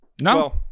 no